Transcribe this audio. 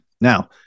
Now